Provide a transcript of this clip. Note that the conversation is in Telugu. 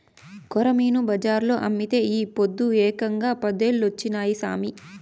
కొరమీను బజార్లో అమ్మితే ఈ పొద్దు ఏకంగా పదేలొచ్చినాయి సామి